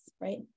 right